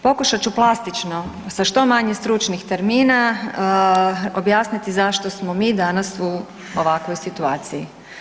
Pokušat ću plastično sa što manje stručnih termina objasniti zašto smo mi danas u ovakvoj situaciji.